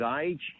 age